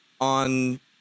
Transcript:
on